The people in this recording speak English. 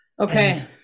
Okay